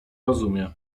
rozumie